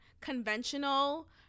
conventional